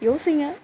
யோசிங்க